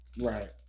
Right